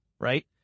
right